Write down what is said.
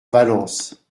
valence